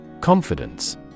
Confidence